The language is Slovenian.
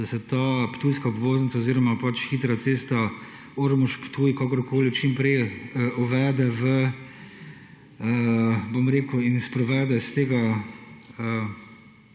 da se ta ptujska obvoznica oziroma hitra cesta Ormož-Ptuj, kakorkoli, čim prej uvede v, bom rekel, in sprovede iz tega,